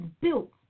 built